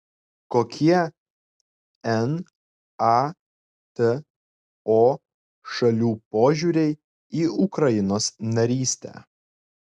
kokie nato šalių požiūriai į ukrainos narystę